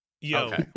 Yo